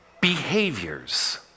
behaviors